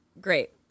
great